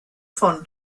von